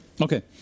Okay